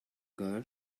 girl